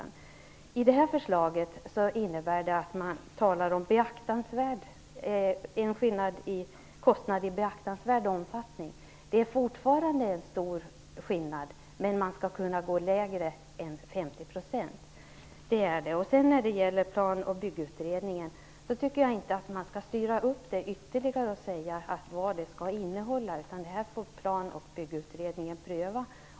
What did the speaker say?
Det här förslaget innebär att man talar om en skillnad i kostnad i beaktansvärd omfattning. Det fortfarande en stor skillnad, men man skall kunna gå lägre än 50 %. Jag tycker inte man skall styra upp Plan och byggutredningen ytterligare och säga vad detta skall innehålla. Det får Plan och byggutredningen pröva.